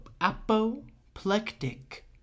apoplectic